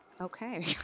Okay